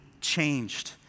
changed